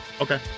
Okay